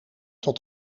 tot